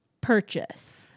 purchase